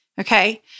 okay